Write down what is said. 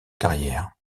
carrière